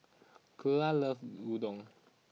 Cleola loves Udon